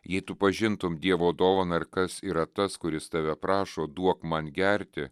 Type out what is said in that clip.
jei tu pažintum dievo dovaną ir kas yra tas kuris tave prašo duok man gerti